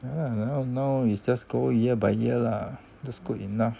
ya lah now we just go year by year lah that's good enough